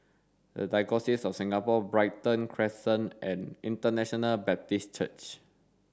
the Diocese of Singapore Brighton Crescent and International Baptist Church